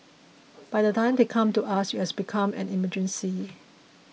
by the time they come to us it has become an emergency